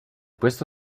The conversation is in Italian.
questo